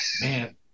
Man